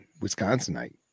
wisconsinite